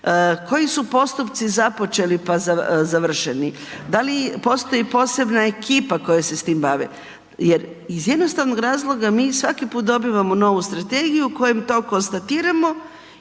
Koji su postupci započeli pa završeni? Da li postoje posebne ekipe koje se sa time bave? Jer iz jednostavnog razloga mi svaki put dobivamo novu strategiju kojom to konstatiramo